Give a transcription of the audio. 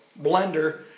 Blender